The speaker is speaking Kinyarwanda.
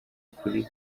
kuri